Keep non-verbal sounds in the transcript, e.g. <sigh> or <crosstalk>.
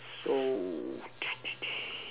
so <noise>